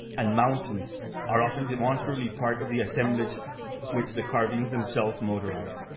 and mountains are often demonstrably part of the assemblage which the carvings themselves motorize.